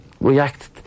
react